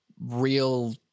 real